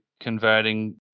converting